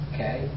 Okay